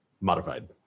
Modified